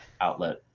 outlet